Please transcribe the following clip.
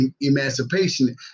emancipation